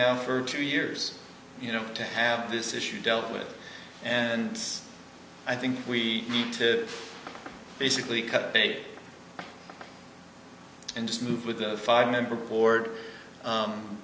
now for two years you know to have this issue dealt with and i think we need to basically cut bait and just move with the five member board